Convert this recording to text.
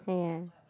yeah